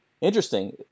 Interesting